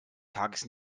tages